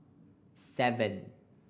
seven